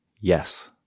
Yes